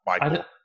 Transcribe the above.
Michael